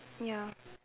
ya